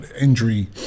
injury